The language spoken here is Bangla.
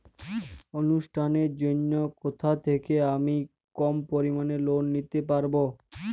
অনুষ্ঠানের জন্য কোথা থেকে আমি কম পরিমাণের লোন নিতে পারব?